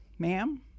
Ma'am